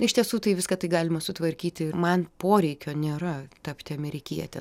iš tiesų tai viską tai galima sutvarkyti man poreikio nėra tapti amerikiete